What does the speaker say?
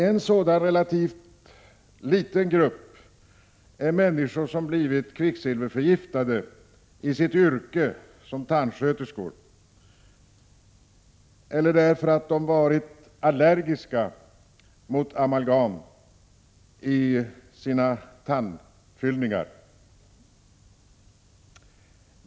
En sådan relativt liten grupp utgör de människor som blivit kvicksilverförgiftade i sitt yrke som tandsköterskor eller på grund av att de varit allergiska mot amalgam som de har haft i sina tänder.